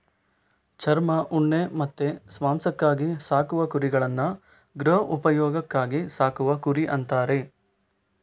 ಚರ್ಮ, ಉಣ್ಣೆ ಮತ್ತೆ ಮಾಂಸಕ್ಕಾಗಿ ಸಾಕುವ ಕುರಿಗಳನ್ನ ಗೃಹ ಉಪಯೋಗಕ್ಕಾಗಿ ಸಾಕುವ ಕುರಿ ಅಂತಾರೆ